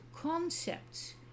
concepts